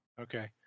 Okay